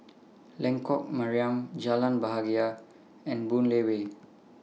Lengkok Mariam Jalan Bahagia and Boon Lay Way